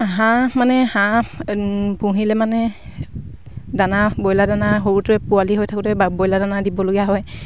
হাঁহ মানে হাঁহ পুহিলে মানে দানা ব্ৰইলাৰ দানা সৰুতে পোৱালি হৈ থাকোঁতে বা ব্ৰইলাৰ দানা দিবলগীয়া হয়